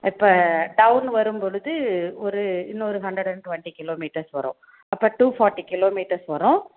இப்போ டவுன் வரும்பொழுது ஒரு இன்னொரு ஹண்ட்ரேட் அண்ட் டுவெண்டி கிலோமீட்டர்ஸ் வரும் அப்போ டூ ஃபார்டி கிலோமீட்டர்ஸ் வரும்